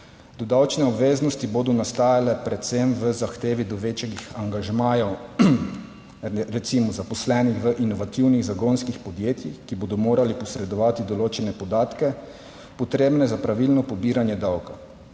Davčne obveznosti bodo nastajale predvsem v zahtevi do večjih angažmajev, recimo, zaposlenih v inovativnih zagonskih podjetjih, ki bodo morali posredovati določene podatke, potrebne za pravilno pobiranje davkov,